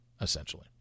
essentially